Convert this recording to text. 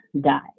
die